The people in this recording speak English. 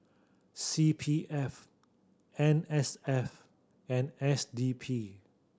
C P F N S F and S D P